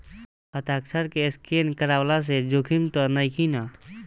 हस्ताक्षर के स्केन करवला से जोखिम त नइखे न?